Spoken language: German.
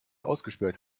ausgesperrt